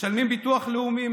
משלמים ביטוח לאומי,